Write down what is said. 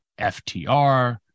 FTR